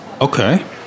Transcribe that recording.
Okay